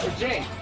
james.